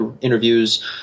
interviews